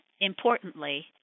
importantly